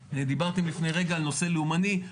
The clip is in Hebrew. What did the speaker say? דיברתם לפני רגע על נושא לאומני,